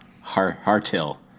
Hartill